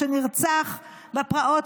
שנרצח בפרעות,